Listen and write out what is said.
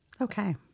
Okay